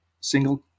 Single